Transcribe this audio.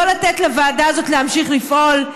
לא לתת לוועדה הזאת להמשיך לפעול.